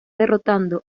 derrotando